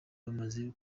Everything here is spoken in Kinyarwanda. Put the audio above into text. bamaze